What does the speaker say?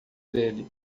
dele